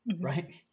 right